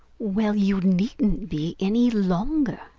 well, you needn't be any longer,